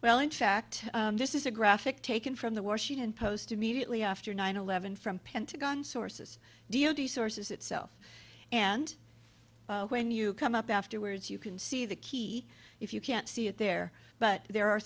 well in fact this is a graphic taken from the washington post immediately after nine eleven from pentagon sources d o t sources itself and when you come up afterwards you can see the key if you can't see it there but there are